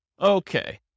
Okay